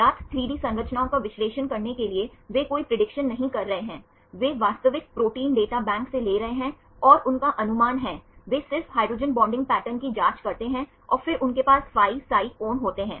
ज्ञात 3D संरचनाओं का विश्लेषण करने के लिए वे कोई प्रेडिक्शन नहीं कर रहे हैं वे वास्तविक प्रोटीन डेटा बैंक से ले रहे हैं और उनका अनुमान है वे सिर्फ हाइड्रोजन बॉन्डिंग पैटर्न की जांच करते हैं और फिर उनके पास phi psi कोण होते हैं